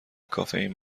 کافئین